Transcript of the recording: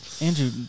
Andrew